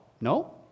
No